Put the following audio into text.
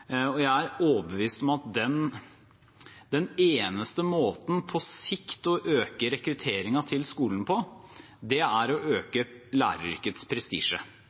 Jeg er overbevist om at den eneste måten man på sikt kan øke rekrutteringen til skolen på, er å øke læreryrkets prestisje.